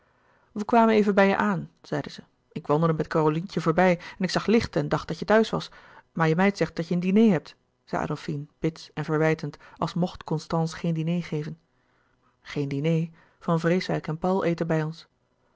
kwamen even bij je aan zeide zij ik wandelde met carolientje voorbij en ik zag licht en dacht dat je thuis was maar je meid zegt dat je een diner hebt zei adolfine bits en verwijtend als mocht constance geen diner geven louis couperus de boeken der kleine zielen geen diner van vreeswijck en paul eten bij ons